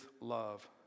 love